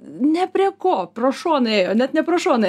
ne prie ko pro šoną ėjo net ne pro šoną